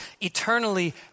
eternally